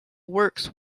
works